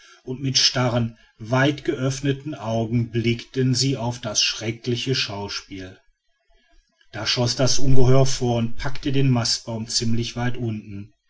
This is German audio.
und mit starren weit geöffneten augen blickten sie auf das schreckliche schauspiel da schoß das ungeheuer vor und packte den mastbaum ziemlich weit unten